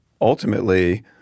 ultimately